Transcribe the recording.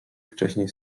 wcześniej